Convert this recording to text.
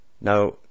Now